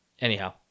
anyhow